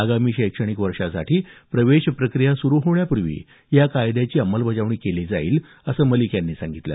आगामी शैक्षणिक वर्षांसाठी प्रवेश प्रक्रिया सुरू होण्यापूर्वी या कायद्याची अंमलबजावणी केली जाईल असं मलिक यांनी सांगितलं